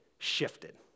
shifted